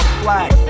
black